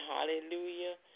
Hallelujah